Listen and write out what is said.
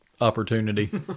opportunity